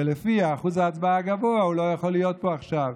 ובגלל אחוז החסימה הגבוה הוא לא יכול להיות פה עכשיו.